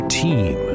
team